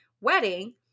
wedding